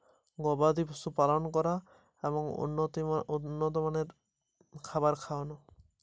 গরুর দুধ উৎপাদনের ক্ষমতা কি কি ভাবে বাড়ানো সম্ভব?